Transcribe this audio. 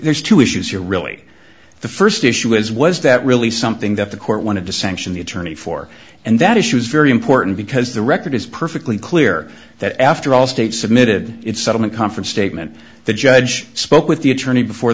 there's two issues here really the first issue is was that really something that the court wanted to sanction the attorney for and that issue is very important because the record is perfectly clear that after allstate submitted its settlement conference statement the judge spoke with the attorney before